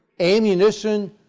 ammunition,